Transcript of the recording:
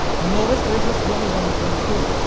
notice verses twenty one and twenty two,